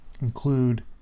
include